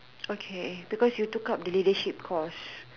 okay because you took up the leadership course